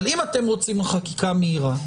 אבל אם אתם רוצים חקיקה מהירה,